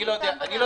לא יודע.